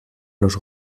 los